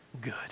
Good